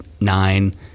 nine